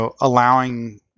allowing